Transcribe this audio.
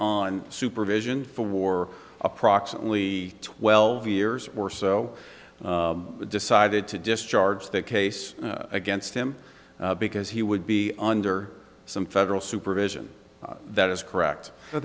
on supervision for war approximately twelve years or so decided to discharge that case against him because he would be under some federal supervision that is correct